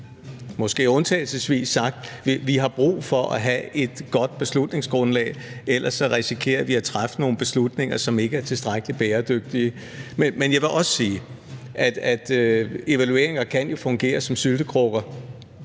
måske undtagelsesvis sagt, at vi har brug for at have et godt beslutningsgrundlag, for ellers risikerer vi at træffe nogle beslutninger, som ikke er tilstrækkelig bæredygtige. Men jeg vil også sige, at evalueringer jo kan fungere som syltekrukker.